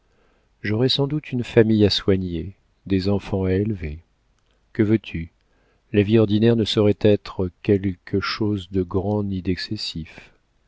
j'aurai sans doute une famille à soigner des enfants à élever que veux-tu la vie ordinaire ne saurait être quelque chose de grand ni d'excessif